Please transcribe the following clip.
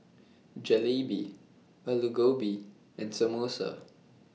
Jalebi Alu Gobi and Samosa